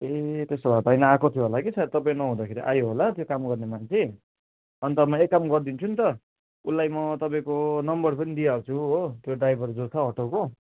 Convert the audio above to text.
ए त्यसो भए त होइन आएको थियो होला कि सायद तपाईँ नहुँदाखेरि आयो होला त्यो काम गर्ने मान्छे अन्त म एक काम गरिदिन्छु नि त उसलाई म तपाईँको नम्बर पनि दिइहाल्छु हो त्यो ड्राइभर जो छ अटोको